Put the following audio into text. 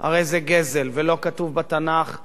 ולא כתוב בתנ"ך "תחמֹד",